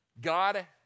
God